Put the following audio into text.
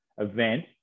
event